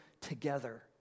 together